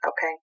Okay